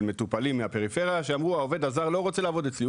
מטופלים מהפריפריה שאמרו העובד הזר לא רוצה לעבוד אצלי,